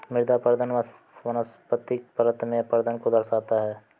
मृदा अपरदन वनस्पतिक परत में अपरदन को दर्शाता है